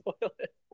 toilet